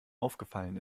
aufgefallen